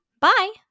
bye